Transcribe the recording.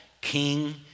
king